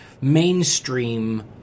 mainstream